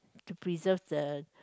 to preserve the